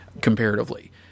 comparatively